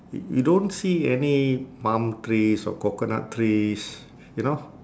y~ you don't see any palm trees or coconut trees you know